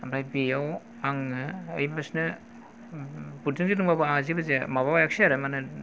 ओमफ्राय बेयाव आङो ओइबासिनो बुट जों जोदोंबाबो आंहा जेबो जायासै माबायाखैसै आरो माने